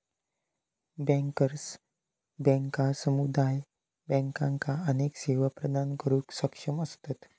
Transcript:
bankers बँका समुदाय बँकांका अनेक सेवा प्रदान करुक सक्षम असतत